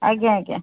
ଆଜ୍ଞା ଆଜ୍ଞା